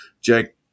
Jack